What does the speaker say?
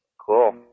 Cool